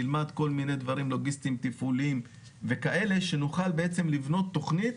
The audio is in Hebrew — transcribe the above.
נלמד כל מיני דברים לוגיסטיים תפעוליים וכאלה שנוכל בעצם לבנות תכנית